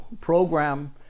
program